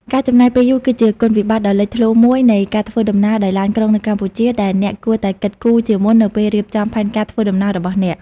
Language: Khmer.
ការចំណាយពេលយូរ គឺជាគុណវិបត្តិដ៏លេចធ្លោមួយនៃការធ្វើដំណើរដោយឡានក្រុងនៅកម្ពុជា ដែលអ្នកគួរតែគិតគូរជាមុននៅពេលរៀបចំផែនការធ្វើដំណើររបស់អ្នក។